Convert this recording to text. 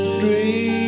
dream